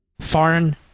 foreign